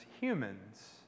humans